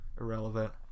irrelevant